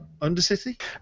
Undercity